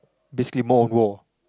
basically more of war